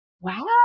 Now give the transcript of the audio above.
wow